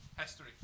History